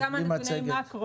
ההייטק.